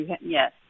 yes